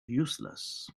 useless